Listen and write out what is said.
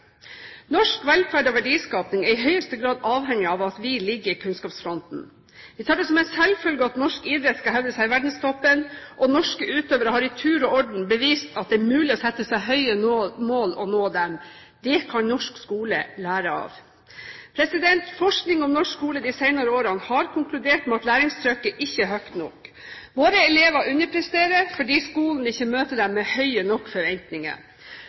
Norsk velferd og verdiskaping er i høyeste grad avhengig av at vi ligger i kunnskapsfronten. Vi tar det som en selvfølge at norsk idrett skal hevde seg i verdenstoppen. Norske utøvere har i tur og orden bevist at det er mulig å sette seg høye mål og nå dem. Det kan norsk skole lære av. Forskning på norsk skole de senere årene har konkludert med at læringstrykket ikke er høyt nok. Våre elever underpresterer fordi skolen ikke møter dem med høye nok forventninger.